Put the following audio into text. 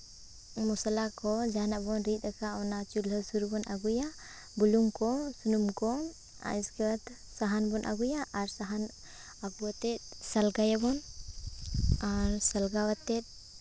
ᱢᱚᱥᱞᱟ ᱠᱚ ᱡᱟᱦᱟᱱᱟᱜ ᱵᱚᱱ ᱨᱤᱫ ᱟᱠᱟᱫ ᱚᱱᱟ ᱪᱩᱞᱦᱟᱹ ᱥᱩᱨ ᱵᱚᱱ ᱟᱹᱜᱩᱭᱟ ᱵᱩᱞᱩᱝ ᱠᱚ ᱥᱩᱱᱩᱢ ᱠᱚ ᱟᱨ ᱩᱥᱠᱮ ᱵᱟᱫᱽ ᱥᱟᱦᱟᱱ ᱵᱚᱱ ᱟᱹᱜᱩᱭᱟ ᱟᱨ ᱥᱟᱦᱟᱱ ᱟᱹᱜᱩ ᱠᱟᱛᱮ ᱥᱟᱞᱜᱟᱭᱟᱵᱚᱱ ᱟᱨ ᱥᱟᱞᱜᱟᱣ ᱟᱛᱮ